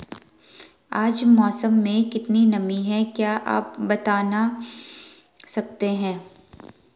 आज मौसम में कितनी नमी है क्या आप बताना सकते हैं?